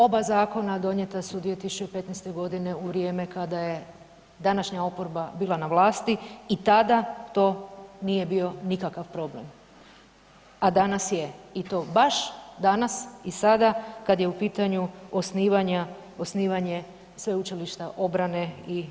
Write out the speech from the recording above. Oba zakona donijeta su 2015.g. u vrijeme kada je današnja oporba bila na vlasti i tada to nije bio nikakav problem, a danas je i to baš danas i sada kad je u pitanju osnivanja, osnivanje Sveučilišta obrane i sigurnosti.